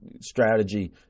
strategy